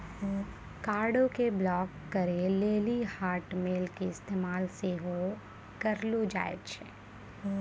कार्डो के ब्लाक करे लेली हाटमेल के इस्तेमाल सेहो करलो जाय छै